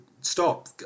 stop